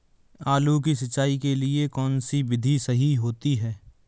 आलू की सिंचाई के लिए कौन सी विधि सही होती है?